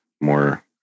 more